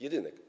Jedyne.